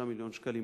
מיליון שקלים.